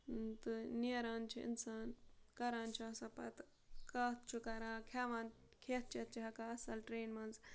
تہٕ نیران چھِ اِنسان کَران چھِ آسان پَتہٕ کَتھ چھُ کَران کھٮ۪وان کھٮ۪تھ چٮ۪تھ چھِ ہٮ۪کان اَصٕل ٹرٛینہِ منٛز